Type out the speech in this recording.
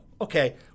okay